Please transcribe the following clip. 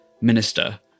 minister